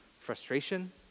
frustration